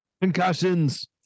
Concussions